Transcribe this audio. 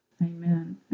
amen